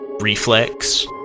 reflex